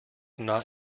not